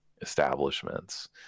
Establishments